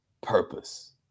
purpose